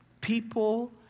People